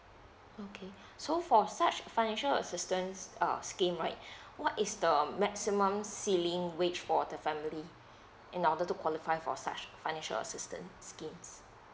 okay so for such financial assistance uh scheme right what is the maximum ceiling wage for the family in order to qualify for such financial assistance schemes